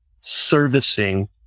servicing